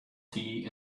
tea